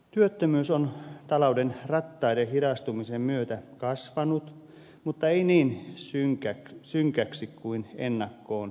työttömyys on talouden rattaiden hidastumisen myötä kasvanut mutta ei niin synkäksi kuin ennakkoon pelättiin